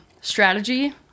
Strategy